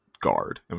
guard